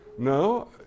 No